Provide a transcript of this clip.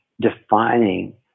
defining